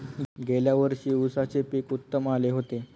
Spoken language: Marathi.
गेल्या वर्षी उसाचे पीक उत्तम आले होते